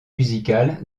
musicale